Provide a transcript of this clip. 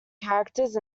characters